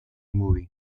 movie